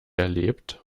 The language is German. erlebt